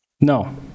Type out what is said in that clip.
No